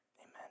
amen